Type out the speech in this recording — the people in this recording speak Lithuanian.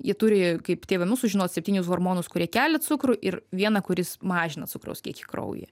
jie turi kaip tėve mūsų žinot septynis hormonus kurie kelia cukrų ir vieną kuris mažina cukraus kiekį kraujyje